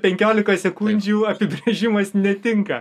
penkiolikos sekundžių apibrėžimas netinka